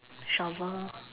shovel